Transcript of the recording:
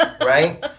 right